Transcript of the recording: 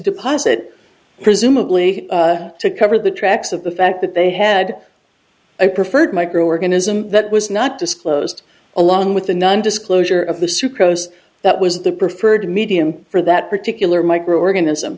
deposit presumably to cover the tracks of the fact that they had referred microorganism that was not disclosed along with the nondisclosure of the sucrose that was the preferred medium for that particular microorganism